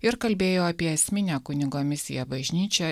ir kalbėjo apie esminę kunigo misiją bažnyčią